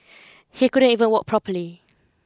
he couldn't even walk properly